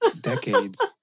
decades